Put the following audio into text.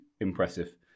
impressive